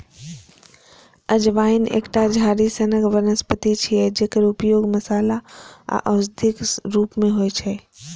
अजवाइन एकटा झाड़ी सनक वनस्पति छियै, जकर उपयोग मसाला आ औषधिक रूप मे होइ छै